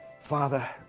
Father